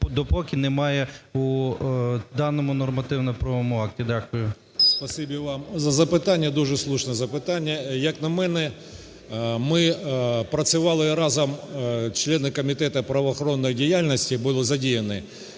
допоки немає у даному нормативно-правовому акті? Дякую. 16:20:55 БАКУМЕНКО О.Б. Спасибі вам за запитання, дуже слушне запитання. Як на мене, ми працювали разом, члени Комітету правоохоронної діяльності були задіяні.